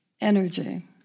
energy